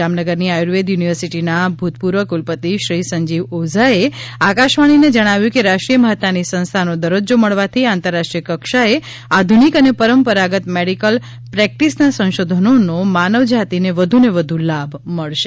જામનગરની આયુર્વેદ યુનિવર્સીટી ના ભૂતપૂર્વ કુલપતિ શ્રી સંજીવ ઓઝાએ આકાશવાણીને જણાવ્યુ કે રાષ્ટ્રીર્ય મહતાની સંસ્થાનો દરજજો મળવાથી આતંરરાષ્ટ્રીપાય કક્ષાએ આધુનિક અને પરંપરાગત મેડીકલ પ્રેકટીસના સંશોધનોનો માનવજાતિને વધુને વધુ લાભ મળશે